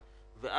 העסקים,